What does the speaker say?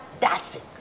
fantastic